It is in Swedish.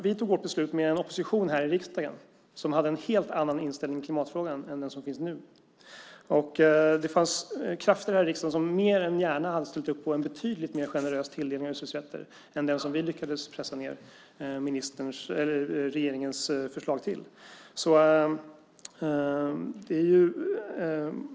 Vi tog vårt beslut med en opposition här i riksdagen som hade en helt annan inställning i klimatfrågan än den som finns nu. Det fanns krafter här i riksdagen som mer än gärna hade slutit upp på en betydligt mer generös tilldelning av utsläppsrätter än den som vi lyckades pressa ned regeringens förslag till.